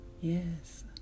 yes